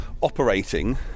operating